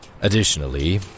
Additionally